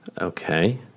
Okay